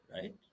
Right